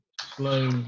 slow